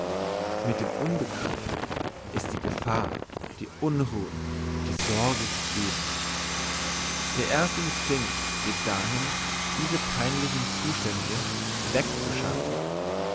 mit dem unbekannten ist die gefahr die unruhe die sorge gegeben der erste instinkt geht dahin diese peinlichen zustände wegzuschaffen